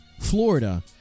florida